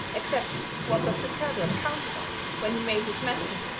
except what doctor kirby had counted on when he made his medicine,